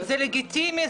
זה לגיטימי,